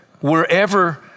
wherever